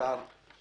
הסעיף אושר.